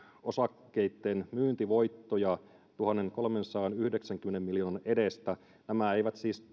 osakkeitten myyntivoittoja tuhannenkolmensadanyhdeksänkymmenen miljoonan edestä nämä eivät siis